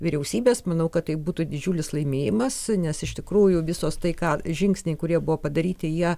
vyriausybės manau kad tai būtų didžiulis laimėjimas nes iš tikrųjų visos tai ką žingsniai kurie buvo padaryti jie